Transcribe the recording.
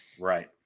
right